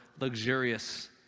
Luxurious